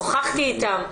שוחחתי איתם,